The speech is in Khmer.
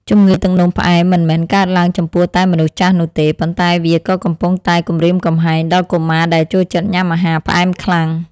ជំងឺទឹកនោមផ្អែមមិនមែនកើតឡើងចំពោះតែមនុស្សចាស់នោះទេ ប៉ុន្តែវាក៏កំពុងតែគំរាមកំហែងដល់កុមារដែលចូលចិត្តញ៉ាំអាហារផ្អែមខ្លាំង។